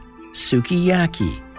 sukiyaki